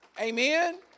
Amen